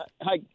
Hi